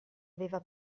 aveva